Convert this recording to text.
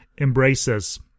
embraces